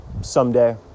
someday